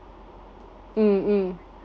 mm mm